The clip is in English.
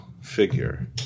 figure